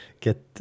get